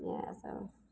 इएह सब